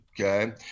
okay